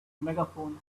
megaphone